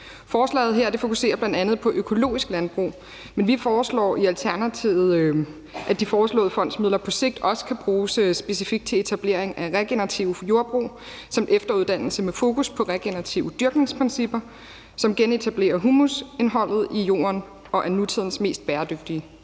Forslaget her fokuserer bl.a. på økologisk landbrug, men vi foreslår i Alternativet, at de foreslåede fondsmidler på sigt også kan bruges specifikt til etablering af regenerative jordbrug samt efteruddannelse med fokus på regenerative dyrkningsprincipper, som genetablerer humusindholdet i jorden og er nutidens mest bæredygtige